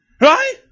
Right